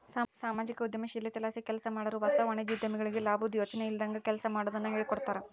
ಸಾಮಾಜಿಕ ಉದ್ಯಮಶೀಲತೆಲಾಸಿ ಕೆಲ್ಸಮಾಡಾರು ಹೊಸ ವಾಣಿಜ್ಯೋದ್ಯಮಿಗಳಿಗೆ ಲಾಬುದ್ ಯೋಚನೆ ಇಲ್ದಂಗ ಕೆಲ್ಸ ಮಾಡೋದುನ್ನ ಹೇಳ್ಕೊಡ್ತಾರ